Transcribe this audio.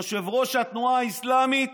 יושב-ראש התנועה האסלאמית